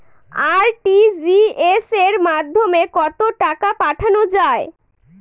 RTGS এর মাধ্যমে কত টাকা পাঠানো যায়?